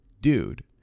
dude